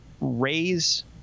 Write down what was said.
raise